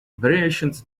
variations